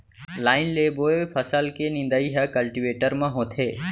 line ले बोए फसल के निंदई हर कल्टीवेटर म होथे